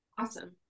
Awesome